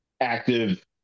active